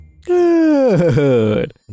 Good